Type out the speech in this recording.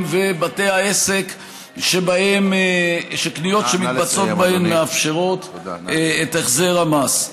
ובתי העסק שקניות שמתבצעות בהם מאפשרות את החזר המס.